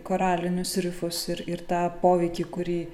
koralinius rifus ir ir tą poveikį kurį